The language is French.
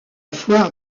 foire